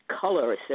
color